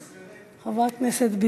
חבר הכנסת מרגלית,